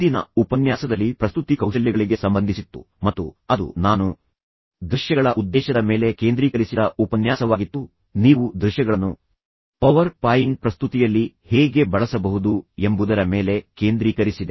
ಹಿಂದಿನ ಉಪನ್ಯಾಸದಲ್ಲಿ ಇದು ಪ್ರಸ್ತುತಿ ಕೌಶಲ್ಯಗಳಿಗೆ ಸಂಬಂಧಿಸಿತ್ತು ಮತ್ತು ಅದು ನಾನು ದೃಶ್ಯಗಳ ಉದ್ದೇಶದ ಮೇಲೆ ಕೇಂದ್ರೀಕರಿಸಿದ ಪ್ರಸ್ತುತಿ ಕೌಶಲ್ಯಗಳ ಕೊನೆಯ ಉಪನ್ಯಾಸವಾಗಿತ್ತು ನೀವು ದೃಶ್ಯಗಳನ್ನು ಹೇಗೆ ಪ್ರತ್ಯೇಕವಾಗಿ ಬಳಸಬಹುದು ಅಥವಾ ದೃಶ್ಯಗಳನ್ನು ಪವರ್ ಪಾಯಿಂಟ್ ಪ್ರಸ್ತುತಿಯಲ್ಲಿ ಹೇಗೆ ಬಳಸಬಹುದು ಎಂಬುದರ ಮೇಲೆ ಕೇಂದ್ರೀಕರಿಸಿದೆ